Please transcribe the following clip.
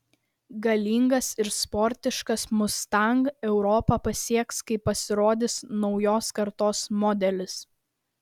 galingas ir sportiškas mustang europą pasieks kai pasirodys naujos kartos modelis